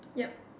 yup